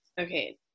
Okay